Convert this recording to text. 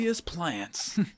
plants